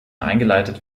eingeleitet